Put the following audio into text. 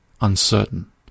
uncertain